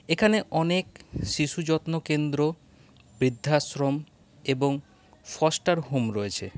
এখানে অনেক শিশু যত্ন কেন্দ্র বৃদ্ধাশ্রম এবং সস্তার হোম রয়েছে